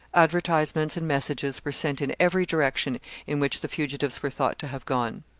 advertisements and messages were sent in every direction in which the fugitives were thought to have gone.